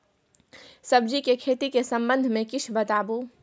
सब्जी के खेती के संबंध मे किछ बताबू?